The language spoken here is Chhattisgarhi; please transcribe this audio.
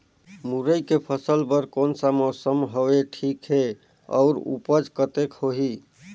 मुरई के फसल बर कोन सा मौसम हवे ठीक हे अउर ऊपज कतेक होही?